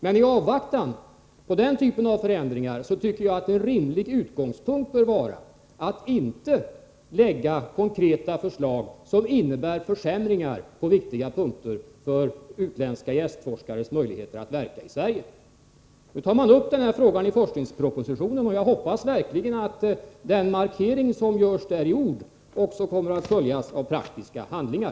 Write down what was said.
I avvaktan på den typen av förändringar borde en rimlig utgångspunkt vara att inte lägga fram konkreta förslag som innebär försämringar på viktiga punkter för utländska gästforskares möjligheter att verka i Sverige. Nu tas denna fråga upp i forskningspropositionen, och jag hoppas verkligen att den markering som görs där i ord också kommer att följas av praktiska handlingar.